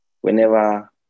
whenever